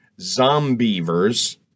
Zombievers